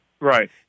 Right